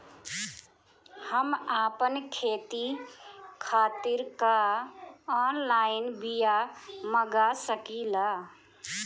हम आपन खेती खातिर का ऑनलाइन बिया मँगा सकिला?